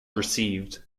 received